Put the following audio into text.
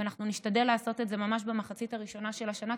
ואנחנו נשתדל לעשות את זה ממש במחצית הראשונה של השנה,